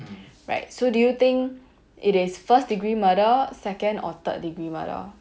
right so do you think it is first degree murder second or third degree 罢了